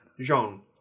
Jean